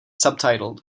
subtitled